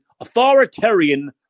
authoritarian